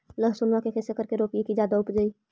लहसूनमा के कैसे करके रोपीय की जादा उपजई?